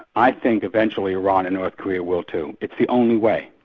i think eventually iran and north korea will too. it's the only way.